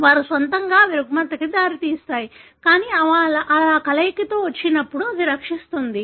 వారి స్వంతంగా అవి రుగ్మతకు దారితీస్తాయి కానీ అవి ఇలా కలయికలో వచ్చినప్పుడు అది రక్షిస్తుంది